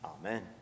Amen